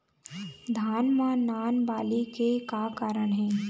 धान म नान बाली के का कारण हे?